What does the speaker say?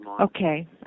Okay